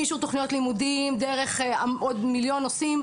מאישור תוכניות לימודים דרך עוד מיליון נושאים